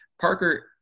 Parker